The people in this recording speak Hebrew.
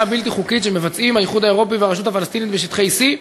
הבלתי-חוקית שמבצעים האיחוד האירופי והרשות הפלסטינית בשטחי C?